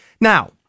Now